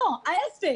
לא, ההפך.